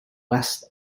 west